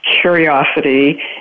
curiosity